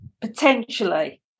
potentially